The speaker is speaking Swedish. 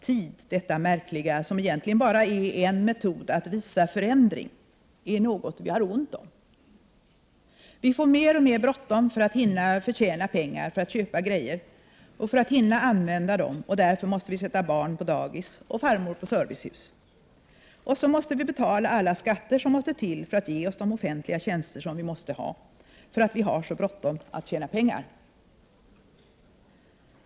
Tid, detta märkliga, som egentligen bara är en metod att visa förändring, är något vi har ont om. Vi får mer och mer bråttom för att hinna förtjäna pengar för att köpa grejor och för att hinna använda dem, och därför måste vi sätta barn på dagis och farmor på servicehus. Och så måste vi betala alla skatter som måste till för att ge oss de offentliga tjänster som vi måste ha för att vi har så bråttom att tjäna pengar.